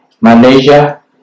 Malaysia